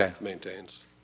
maintains